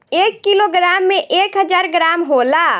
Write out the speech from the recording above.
एक किलोग्राम में एक हजार ग्राम होला